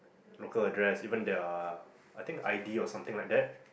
local address even their I think I_D or something like that